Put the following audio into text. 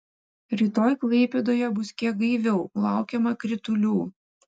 rytoj klaipėdoje bus kiek gaiviau laukiama kritulių